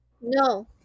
No